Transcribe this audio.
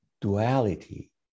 duality